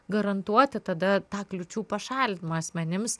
garantuoti tada tą kliūčių pašalinimą asmenims